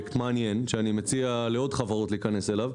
פרויקט מעניין שאני מציע לעוד חברות להיכנס אליו,